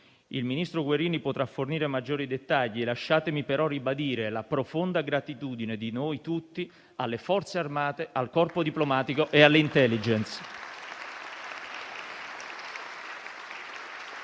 Il ministro Guerini potrà fornire maggiori dettagli, lasciatemi però ribadire la profonda gratitudine di noi tutti alle Forze armate, al corpo diplomatico e all'*intelligence.*